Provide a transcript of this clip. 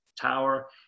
tower